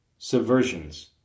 subversions